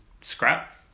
scrap